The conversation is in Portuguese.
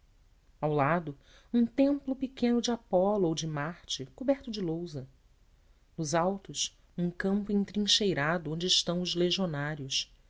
ao lado um templo pequeno de apolo ou de marte coberto de lousa nos altos um campo entrincheirado onde estão os legionários